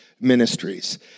Ministries